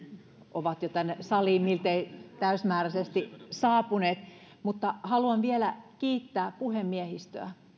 ovat jo tänne saliin miltei täysmääräisesti saapuneet mutta haluan vielä kiittää puhemiehistöä